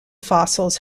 fossils